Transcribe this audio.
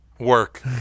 Work